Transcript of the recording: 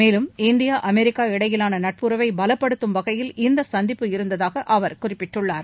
மேலும் India America இடையிலான நட்புறவை பலப்படுத்தும் வகையில் இந்த சந்திப்பு இருந்ததாக அவர் குறிப்பிட்டுள்ளார்